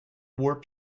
warp